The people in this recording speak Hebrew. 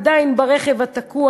שעדיין היו ברכב התקוע,